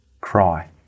Cry